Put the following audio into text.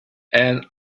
and